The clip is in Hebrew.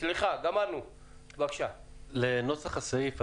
לנוסח הסעיף,